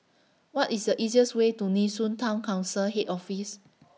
What IS A easiest Way to Nee Soon Town Council Head Office